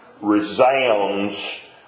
resounds